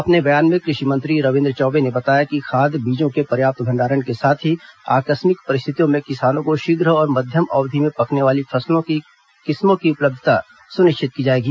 अपने बयान में कृषि मंत्री रविन्द्र चौबे ने बताया कि खाद बीजों के पर्याप्त भंडारण के साथ ही आकस्मिक परिस्थितियों में किसानों को शीघ्र और मध्यम अवधि में पकने वाली फसल किस्मों की उपलब्धता सुनिश्चित की जाएगी